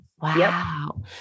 Wow